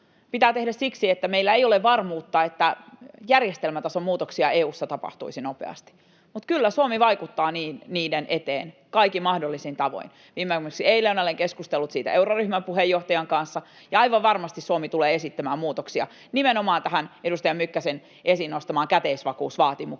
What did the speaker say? pitää tehdä siksi, että meillä ei ole varmuutta, että järjestelmätason muutoksia EU:ssa tapahtuisi nopeasti. Mutta kyllä Suomi vaikuttaa niiden eteen kaikin mahdollisin tavoin. Viimeksi eilen olen keskustellut siitä euroryhmän puheenjohtajan kanssa, ja aivan varmasti Suomi tulee esittämään muutoksia nimenomaan tähän edustaja Mykkäsen esiin nostamaan käteisvakuusvaatimukseen